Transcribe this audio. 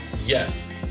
yes